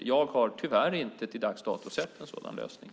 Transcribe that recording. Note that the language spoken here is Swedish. Till dags dato har jag, tyvärr, inte sett en sådan lösning.